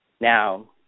Now